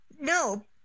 No